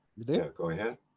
you there? go ahead